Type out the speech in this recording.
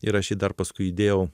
ir aš į jį dar paskui įdėjau